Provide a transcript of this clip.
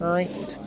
Right